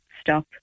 stop